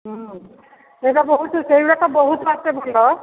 ହୁଁ ସେ'ଟା ବହୁତ ସେଇ ଗୁଡ଼ାକ ବହୁତ ବାଟେ ବୁଲ